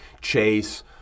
Chase